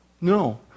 No